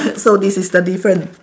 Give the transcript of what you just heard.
so this is the different